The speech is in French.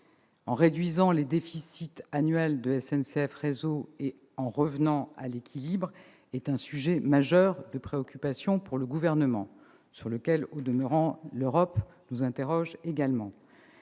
en réduisant les déficits annuels de SNCF Réseau et en revenant à l'équilibre, est un sujet majeur de préoccupation pour le Gouvernement. Au demeurant, l'Europe nous interroge également.